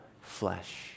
flesh